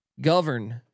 govern